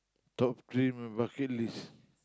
top three my bucket list